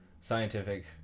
scientific